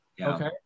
okay